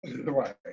Right